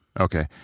Okay